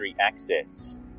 access